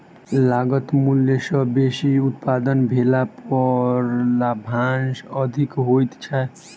लागत मूल्य सॅ बेसी उत्पादन भेला पर लाभांश अधिक होइत छै